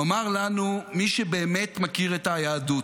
הוא אמר לנו: מי שבאמת מכיר את היהדות,